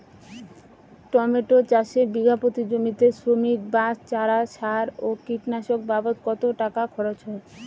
Tomato চাষে বিঘা প্রতি জমিতে শ্রমিক, বাঁশ, চারা, সার ও কীটনাশক বাবদ কত টাকা খরচ হয়?